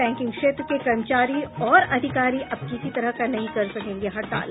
banking क्षेत्र के कर्मचारी और अधिकारी अब किसी तरह का नहीं कर सकेंगे हड़ताल